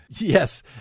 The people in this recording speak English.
Yes